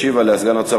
מס' 787, 797, 854 ו-875.